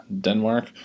Denmark